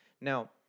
Now